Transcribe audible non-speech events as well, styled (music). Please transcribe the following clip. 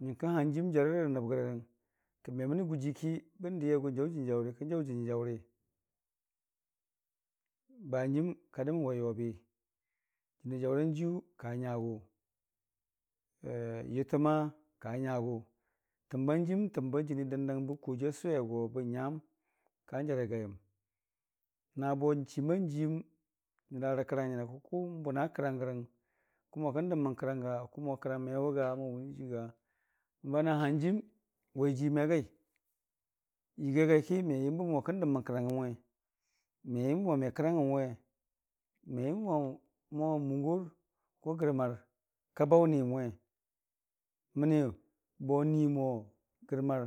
Nyəngkəng hanjiim jarərə nəb gərang kə memənə gʊjiiki bəndi a gʊ n'jaʊ jaʊ jənii jaʊ riyʊ kikən jaʊ jənii jaʊri bahanjiim ka kadənwai yobi, jənii jaʊranjiiyu ka nyagʊ (hesitation) yʊte nyang kanya gʊ. Təmban jiim n'təmba jənii dəndang bang n'kojiiyu a sʊwe go bən nyam ka n'jara gaiyəm nabo chiim ban jiim n'ga rə kərang ngi nakə kʊ n'bʊna kəranggərəng kəmo kən dəmmən kərang kəmo kərang mewʊga kə mo me wʊ jiiwʊga, banahanjiim waijii megai yəga gaiki me yəmbə mo kən dəmmən kərangngəng we, me yəmbə mo me kərangngəni we, me yəmbə mo mungor gərmar ka baʊ niyəmwe mənibo n'nimo gər mar